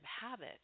habit